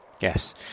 Yes